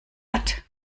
hat